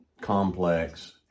complex